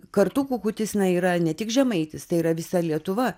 kartu kukutis na yra ne tik žemaitis tai yra visa lietuva